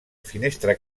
finestra